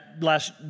last